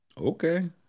Okay